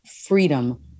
freedom